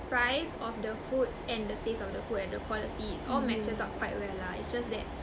price of the food and the taste of the food and the quality it's all matches up quite well lah it's just that